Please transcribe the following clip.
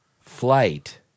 flight